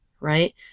Right